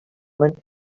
woman